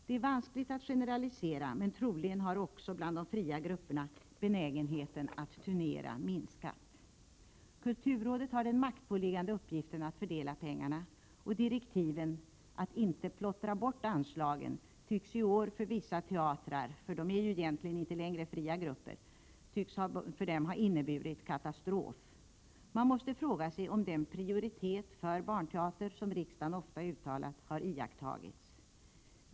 Det är vanskligt att generalisera, men troligen har också benägenheten att turnera minskat bland de fria grupperna. Kulturrådet har den maktpåliggande uppgiften att fördela pengarna, och direktiven att inte plottra bort anslagen tycks i år för vissa teatrar — de är ju egentligen inte längre fria grupper — ha inneburit katastrof. Man måste fråga sig om den prioritet för barnteater som riksdagen ofta uttalat har iakttagits.